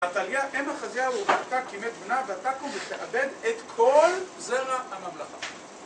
ועתליה אם אחזיהו וראתה כי מת בנה ותקם ותאבד את כל זרע הממלכה